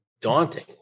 daunting